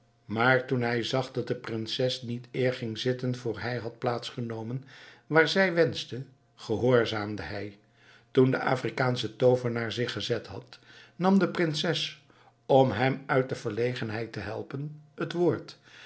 maar toen hij zag dat de prinsese niet eer ging zitten voor hij had plaats genomen waar zij wenschte gehoorzaamde hij toen de afrikaansche toovenaar zich gezet had nam de prinses om hem uit de verlegenheid te helpen het woord